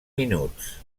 minuts